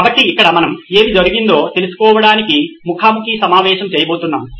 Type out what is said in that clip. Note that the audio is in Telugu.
కాబట్టి ఇక్కడ మనం ఏమి జరిగిందో తెలుసుకోవడానికి ముఖా ముఖి సమావేశం చేయబోతున్నాను